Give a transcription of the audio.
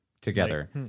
together